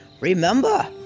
Remember